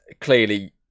clearly